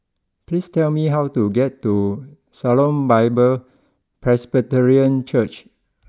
please tell me how to get to Shalom Bible Presbyterian Church